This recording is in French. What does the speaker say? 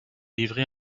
livrée